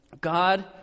God